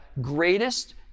greatest